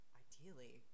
ideally